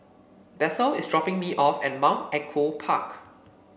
Bethel is dropping me off at Mount Echo Park